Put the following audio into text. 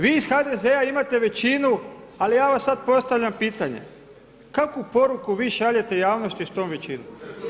Vi iz HDZ-a imate većinu, ali ja vam sad postavljam pitanje kakvu poruku vi šaljete javnosti s tom većinom?